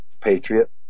patriot